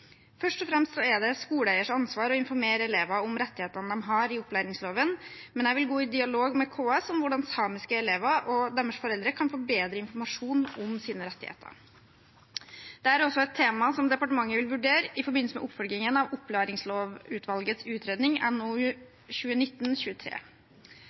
Først og fremst er det skoleeiers ansvar å informere elevene om rettighetene de har etter opplæringsloven, men jeg vil gå i dialog med KS om hvordan samiske elever og foreldrene deres kan få bedre informasjon om sine rettigheter. Dette er også et tema som departementet vil vurdere i forbindelse med oppfølgingen av opplæringslovutvalgets utredning, NOU 2019: 23.